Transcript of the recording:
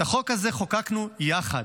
את החוק הזה חוקקנו יחד,